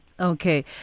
Okay